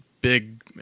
big